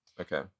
Okay